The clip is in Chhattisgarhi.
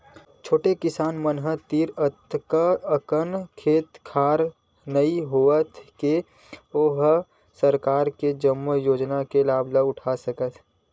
छोटे किसान मन तीर अतका अकन खेत खार नइ होवय के ओ ह सरकार के जम्मो योजना के लाभ ले सकय